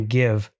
give